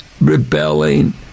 Rebelling